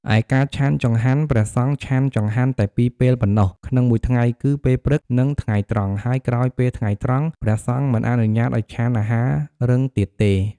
ឯការឆាន់ចង្ហាន់ ព្រះសង្ឃឆាន់ចង្ហាន់តែពីរពេលប៉ុណ្ណោះក្នុងមួយថ្ងៃ គឺពេលព្រឹក និងថ្ងៃត្រង់ ហើយក្រោយពេលថ្ងៃត្រង់ ព្រះសង្ឃមិនអនុញ្ញាតឱ្យឆាន់អាហាររឹងទៀតទេ។